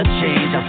change